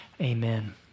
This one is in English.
Amen